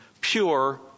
pure